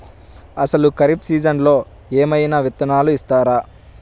అసలు ఖరీఫ్ సీజన్లో ఏమయినా విత్తనాలు ఇస్తారా?